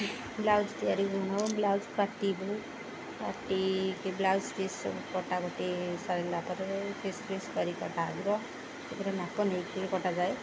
blouse ତିଆରି ହଉ blouse party ହଉ ପାର୍ଟିକେ ବ୍ଲାଉଜ୍ ପିସ୍ ସବୁ କଟା କଟି ସାରିଲା ପରେ ପିସ୍ ପିସ୍ କରି କଟା ଯିବ ସେଥିରେ ମାପ ନେଇକିରି କଟାଯାଏ